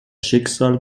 schicksal